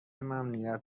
ممنوعیت